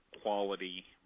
quality